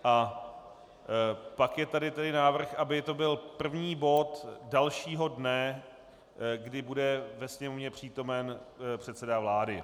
A pak je tady tedy návrh, aby to byl první bod dalšího dne, kdy bude ve Sněmovně přítomen předseda vlády.